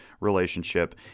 relationship